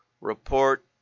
report